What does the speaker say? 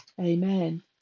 amen